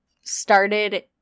started